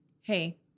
hey